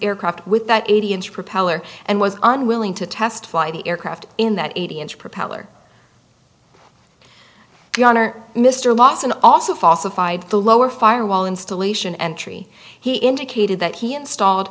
aircraft with that eighty inch propeller and was unwilling to test fly the aircraft in that eighty inch propeller yawner mr lawson also falsified the lower firewall installation entry he indicated that he installed